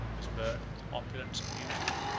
whose birth, opulence, and beauty,